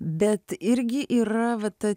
bet irgi yra ta